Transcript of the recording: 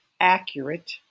accurate